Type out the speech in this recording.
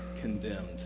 condemned